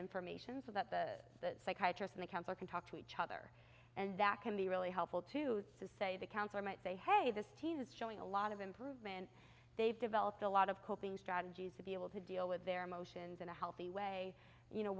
information so that the psychiatrist and a counsellor can talk to each other and that can be really helpful to say the counselor might say hey this teen is showing a lot of improvement they've developed a lot of coping strategies to be able to deal with their emotions in a healthy way you know